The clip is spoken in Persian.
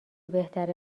بهتره